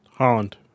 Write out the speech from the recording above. Holland